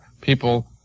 people